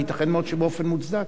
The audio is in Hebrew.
וייתכן מאוד שבאופן מוצדק.